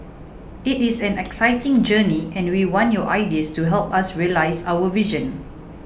it is an exciting journey and we want your ideas to help us realise our vision